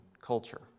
culture